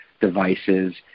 devices